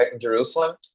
Jerusalem